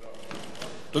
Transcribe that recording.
תודה.